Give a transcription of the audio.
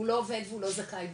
הוא לא עובד והוא לא זכאי בכלל,